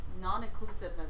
Non-inclusive